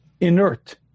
inert